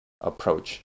approach